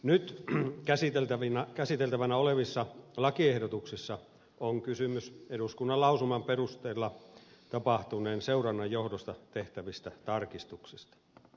nyt käsiteltävänä olevissa lakiehdotuksissa on kysymys eduskunnan lausuman perusteella tapahtuneen seurannan johdosta tehtävistä tarkistuksista